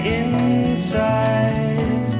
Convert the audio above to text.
inside